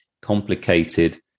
complicated